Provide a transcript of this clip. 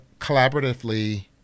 collaboratively